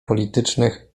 politycznych